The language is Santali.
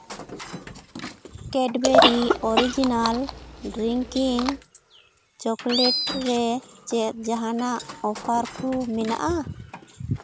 ᱠᱮᱴᱵᱮᱨᱤ ᱚᱨᱤᱡᱤᱱᱟᱞ ᱰᱨᱤᱝᱠᱤᱝ ᱪᱚᱠᱳᱞᱮᱴ ᱨᱮ ᱪᱮᱫ ᱡᱟᱦᱟᱱᱟᱜ ᱚᱯᱷᱟᱨ ᱠᱚ ᱢᱮᱱᱟᱜᱼᱟ